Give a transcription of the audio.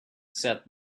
said